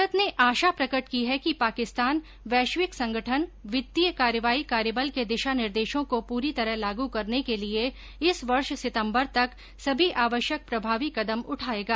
भारत ने आशा प्रकट की है कि पाकिस्तान वैश्विक संगठन वित्तीय कार्रवाई कार्यबल के दिशानिर्देशों को पूरी तरह लागू करने के लिए इस वर्ष सितम्बर तक सभी आवश्यक प्रभावी कदम उठाएगा